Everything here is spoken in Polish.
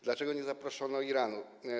Dlaczego nie zaproszono Iranu.